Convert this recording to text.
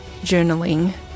journaling